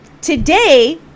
today